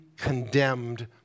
condemned